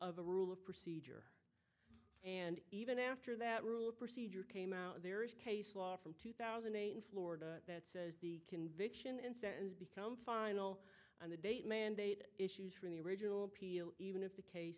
the rule of procedure and even after that rule procedure came out there is case law from two thousand and eight in florida that says the conviction and sentence become final on the date mandate issues from the original appeal even if the case